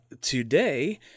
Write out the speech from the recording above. today